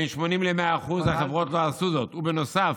בין 80% ל-100% מהחברות לא עשו זאת, ובנוסף,